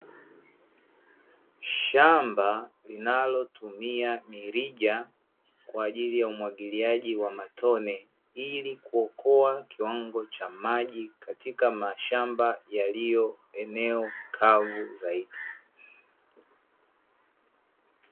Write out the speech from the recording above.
Shamba linalotumia mirija kwa ajili ya umwagiliaji wa matone ili kuokoa kiwango cha maji katika mashamba yaliyo eneo kavu zaidi.